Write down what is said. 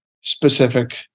specific